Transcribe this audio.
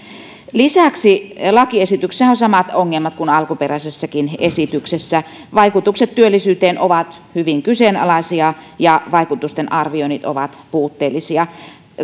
lisäksi lakiesityksessähän on samat ongelmat kuin alkuperäisessäkin esityksessä vaikutukset työllisyyteen ovat hyvin kyseenalaisia ja vaikutustenarvioinnit ovat puutteellisia